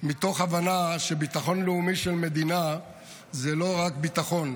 מתוך הבנה שביטחון לאומי של מדינה הוא לא רק ביטחון,